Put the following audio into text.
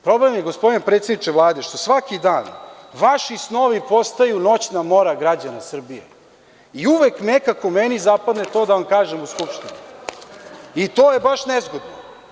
Problem je, gospodine predsedniče Vlade, što svaki dan vaši snovi postaju noćna mora građana Srbije i uvek nekako meni zapadne to da vam kažem u Skupštini i to je baš nezgodno.